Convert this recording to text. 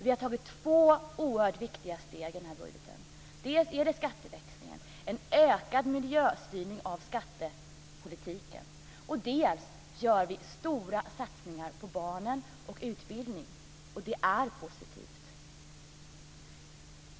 Vi har tagit två oerhört viktiga steg i budgeten. Dels är det skatteväxlingen, en ökad miljöstyrning av skattepolitiken. Dels gör vi stora satsningar på barnen och utbildning. Och det är positivt.